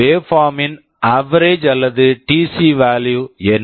waveform waveform ன் average average அல்லது DC value DC value என்ன